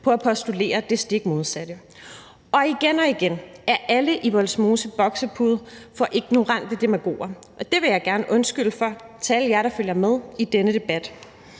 på at postulere det stik modsatte. Igen og igen er alle i Vollsmose boksebold for ignorante demagoger, og det vil jeg gerne undskylde for til alle jer, der følger med i denne debat.